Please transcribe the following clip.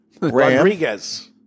Rodriguez